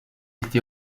été